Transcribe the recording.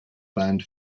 band